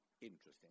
interesting